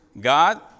God